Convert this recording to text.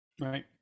Right